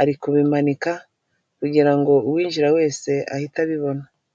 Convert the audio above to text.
ari kubimanika kugira ngo uwinjira wese ahite abibona.